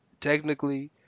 Technically